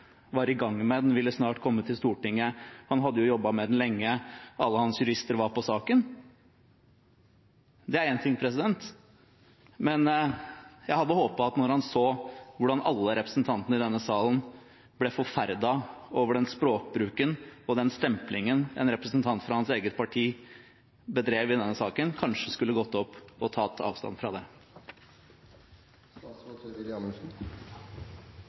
var i gang med, og at den snart ville komme til Stortinget – han hadde jobbet med den lenge, og alle hans jurister var på saken. Det er én ting, men jeg hadde håpet at da han så hvordan alle representantene i denne salen ble forferdet over den språkbruken og den stemplingen en representant fra hans eget parti bedrev i denne saken, kanskje skulle gått opp og tatt avstand fra